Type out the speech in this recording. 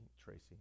Tracy